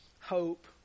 hope